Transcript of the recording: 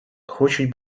хочуть